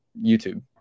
YouTube